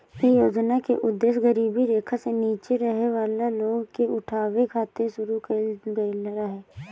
इ योजना के उद्देश गरीबी रेखा से नीचे रहे वाला लोग के उठावे खातिर शुरू कईल गईल रहे